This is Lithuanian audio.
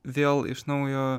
vėl iš naujo